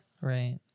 right